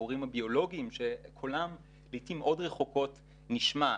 בהורים הביולוגיים שקולם לעיתים מאוד רחוקות נשמע.